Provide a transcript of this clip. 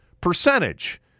percentage